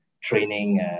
training